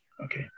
okay